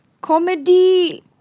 comedy